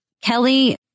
kelly